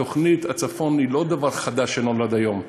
התוכנית לצפון היא לא דבר חדש שנולד היום.